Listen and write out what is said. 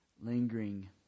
lingering